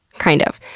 kind of.